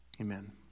amen